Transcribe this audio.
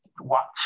watch